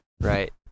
right